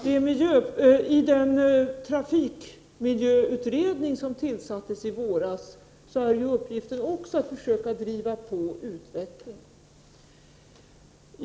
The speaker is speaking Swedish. Den trafikmiljöutredning som tillsattes i våras har också till uppgift att driva på utvecklingen.